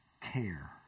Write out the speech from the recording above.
care